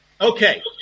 Okay